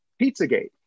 Pizzagate